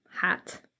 hat